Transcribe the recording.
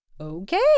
Okay